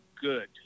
good